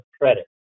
credit